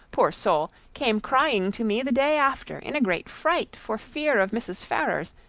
poor soul! came crying to me the day after, in a great fright for fear of mrs. ferrars,